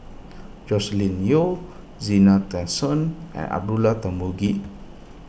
Joscelin Yeo Zena Tessensohn and Abdullah Tarmugi